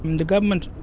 the government